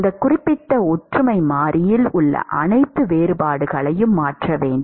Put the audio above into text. அந்த குறிப்பிட்ட ஒற்றுமை மாறியில் உள்ள அனைத்து வேறுபாடுகளையும் மாற்ற வேண்டும்